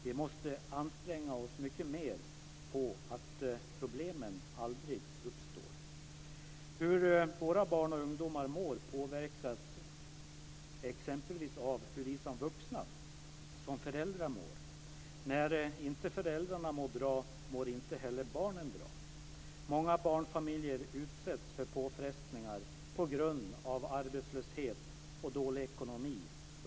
Vi måste anstränga oss mycket mer på att problemen aldrig uppstår. Hur våra barn och ungdomar mår påverkas exempelvis av hur vi som vuxna och föräldrar mår. När inte föräldrarna mår bra mår inte heller barnen bra. Många barnfamiljer utsetts för påfrestningar på grund av arbetslöshet och dålig ekonomi.